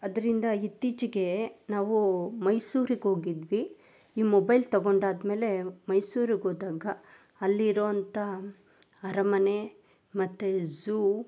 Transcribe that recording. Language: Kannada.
ಅದರಿಂದ ಇತ್ತೀಚಿಗೆ ನಾವು ಮೈಸೂರ್ಗೆ ಹೋಗಿದ್ವಿ ಈ ಮೊಬೈಲ್ ತಗೊಂಡಾದಮೇಲೆ ಮೈಸೂರ್ಗೆ ಹೋದಾಗ ಅಲ್ಲಿರುವಂತಹ ಅರಮನೆ ಮತ್ತು ಝೂ